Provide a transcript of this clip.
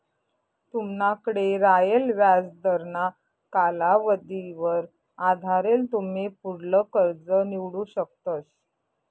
तुमनाकडे रायेल व्याजदरना कालावधीवर आधारेल तुमी पुढलं कर्ज निवडू शकतस